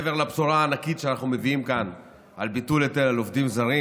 מעבר לבשורה הענקית שאנחנו מביאים כאן על ביטול היטל על עובדים זרים,